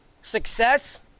success